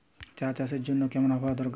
চা চাষের জন্য কেমন আবহাওয়া দরকার?